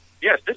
Yes